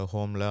Home